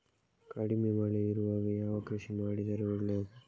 ಕಡಿಮೆ ಮಳೆ ಇರುವಾಗ ಯಾವ ಕೃಷಿ ಮಾಡಿದರೆ ಒಳ್ಳೆಯದು?